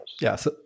Yes